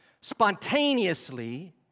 spontaneously